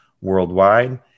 worldwide